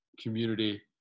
community